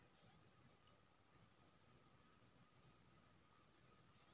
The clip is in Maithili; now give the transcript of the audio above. नीलका लिली फुल सँ सजावट केर काम कएल जाई छै